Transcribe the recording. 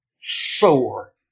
sore